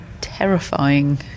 terrifying